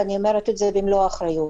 ואני אומרת את זה במלוא האחריות.